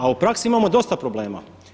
A u praksi imamo dosta problema.